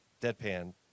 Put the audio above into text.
Deadpan